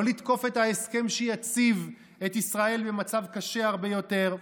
לא לתקוף את ההסכם שיציב את ישראל במצב קשה הרבה יותר.